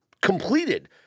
completed